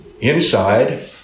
inside